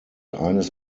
eines